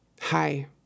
Hi